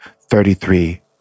thirty-three